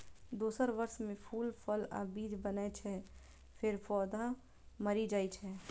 दोसर वर्ष मे फूल, फल आ बीज बनै छै, फेर पौधा मरि जाइ छै